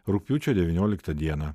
rugpjūčio devynioliktą dieną